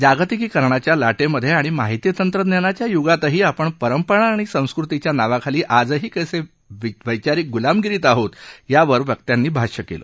जागतिकीकरणाच्या लाटेमध्ये आणि माहिती तंत्रज्ञानाच्या य्गातही आपण परंपरा आणि संस्कृतीच्या नावाखाली आजही कसे वैचारिक ग्रुलामगिरीत आहोत यावर वकत्यांनी भाष्य केलं